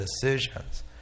decisions